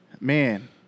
man